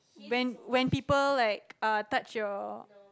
when when people like uh people touch your